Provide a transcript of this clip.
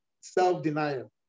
self-denial